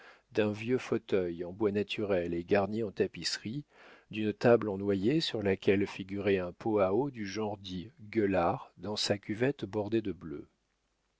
d'un vieux fauteuil en bois naturel et garnis en tapisserie d'une table en noyer sur laquelle figurait un pot à eau du genre dit gueulard dans sa cuvette bordée de bleu